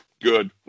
good